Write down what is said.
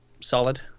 solid